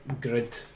grid